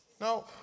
No